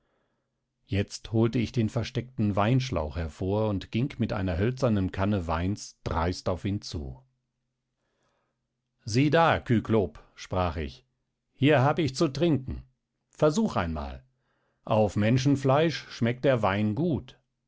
jetzt holte ich den versteckten weinschlauch hervor und ging mit einer hölzernen kanne weins dreist auf ihn zu sieh da kyklop sprach ich hier hab ich zu trinken versuch einmal auf menschenfleisch schmeckt der wein gut